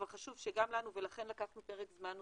אבל חשוב שגם לנו ולכן לקחנו פרק זמן נוסף.